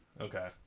okay